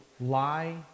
lie